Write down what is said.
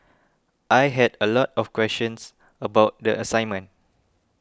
I had a lot of questions about the assignment